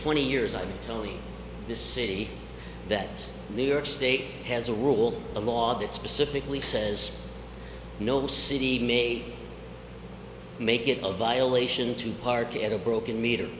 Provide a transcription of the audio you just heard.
twenty years i told the city that new york state has a rule a law that specifically says no city may make it a violation to park at a broken meter